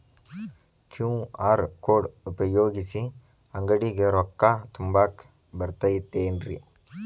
QR code ಉಪಯೋಗಿಸಿ, ಅಂಗಡಿಗೆ ರೊಕ್ಕಾ ತುಂಬಾಕ್ ಬರತೈತೇನ್ರೇ?